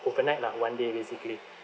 overnight lah one day basically